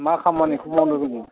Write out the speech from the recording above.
मा खामानिखौ मावनो रोंगौ